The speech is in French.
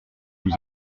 nous